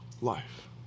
life